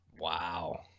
Wow